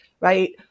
right